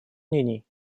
мнений